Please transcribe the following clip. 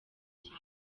cya